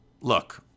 look